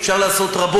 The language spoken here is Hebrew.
בסדר?